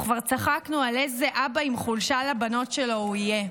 וכבר צחקנו על איזה אבא עם חולשה לבנות שלו הוא יהיה.